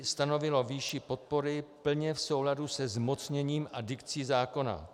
Stanovilo výši podpory plně v souladu se zmocněním a dikcí zákona.